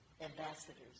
Ambassadors